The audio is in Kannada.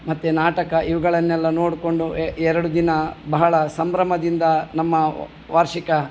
ಮತ್ತು ನಾಟಕ ಇವುಗಳನ್ನೆಲ್ಲ ನೋಡಿಕೊಂಡು ಎರಡು ದಿನ ಬಹಳ ಸಂಭ್ರಮದಿಂದ ನಮ್ಮ ವಾರ್ಷಿಕ